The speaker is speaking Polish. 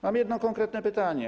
Mam jedno konkretne pytanie.